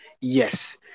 yes